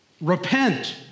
repent